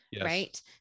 right